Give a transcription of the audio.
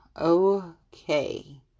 okay